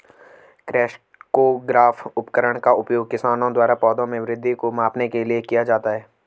crescograph उपकरण का उपयोग किसानों द्वारा पौधों में वृद्धि को मापने के लिए किया जाता है